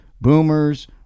boomers